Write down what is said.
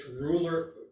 ruler